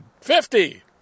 Fifty